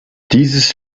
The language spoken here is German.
dieses